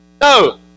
No